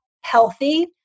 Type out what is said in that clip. healthy